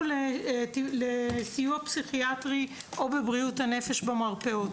לסיוע פסיכיאטרי או בבריאות הנפש במרפאות.